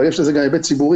אבל יש לזה גם היבט ציבורי,